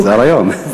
זה הרעיון.